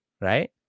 right